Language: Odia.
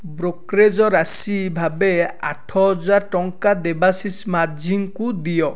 ବ୍ରୋକରେଜ୍ ରାଶି ଭାବେ ଆଠ ହଜାର ଟଙ୍କା ଦେବାଶିଷ ମାଝୀଙ୍କୁ ଦିଅ